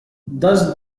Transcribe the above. thus